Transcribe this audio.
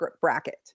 bracket